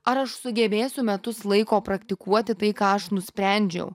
ar aš sugebėsiu metus laiko praktikuoti tai ką aš nusprendžiau